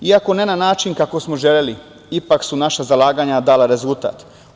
Iako ne na način kako smo želeli, ipak su naša zalaganja dala rezultat.